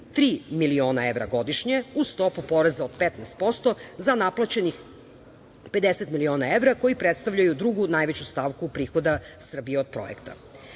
333 miliona evra godišnje uz stopu poreza od 15% za naplaćenih 50 miliona evra koji predstavljaju drugu najveću stavku prihoda Srbije od